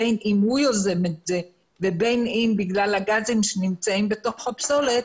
בין אם הוא יוזם את זה ובין אם בגלל הגזים שנמצאים בתוך הפסולת,